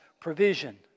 provision